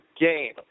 game